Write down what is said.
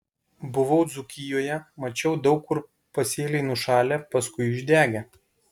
buvau dzūkijoje mačiau daug kur pasėliai nušalę paskui išdegę